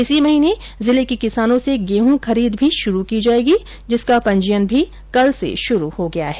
इसी महीने जिले के किसानों से गेंहू खरीद भी शुरू की जाएगी जिसका पंजीयन भी कल से शुरू हो गया है